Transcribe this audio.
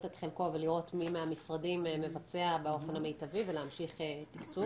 את חלקו ולראות מי מהמשרדים מבצע באופן המיטבי ולהמשיך תקצוב.